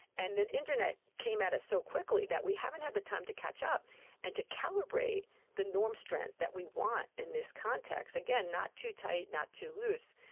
and that the internet came at us so quickly that we haven't had the time to catch up and to calibrate the norm strength that we want in this context. again, not too tight, not too loose,